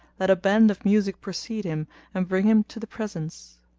let a band of music precede him and bring him to the presence.